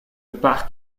parc